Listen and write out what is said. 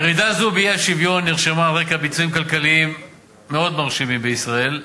ירידה זו באי-שוויון נרשמה על רקע ביצועים כלכליים מאוד מרשימים בישראל,